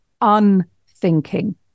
unthinking